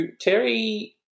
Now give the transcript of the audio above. terry